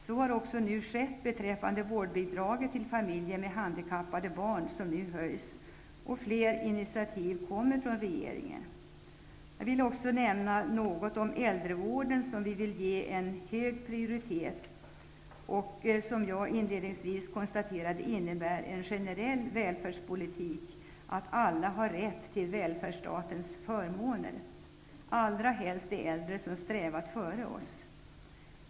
Så har nu också skett beträffande vårdbidraget till familjer med handikappade barn. Detta bidrag höjs nu alltså, och fler initiativ kommer från regeringen. Jag vill också säga några ord om äldrevården som vi vill ge hög prioritet. Som jag inledningsvis konstaterade innebär en generell välfärdspolitik att alla har rätt till välfärdsstatens förmåner, särskilt de äldre som strävat före oss.